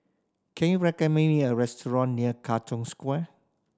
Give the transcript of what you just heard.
can you recommend me a restaurant near Katong Square